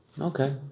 okay